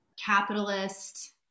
capitalist